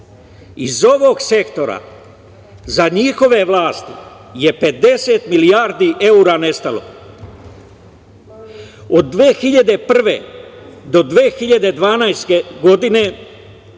Iz ovog sektora za njihove vlasti je 50 milijardi evra nestalo. Od 2001. do 2012. godine